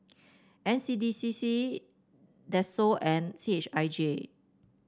N C D C C DSO and C H I J